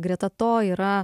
greta to yra